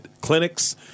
clinics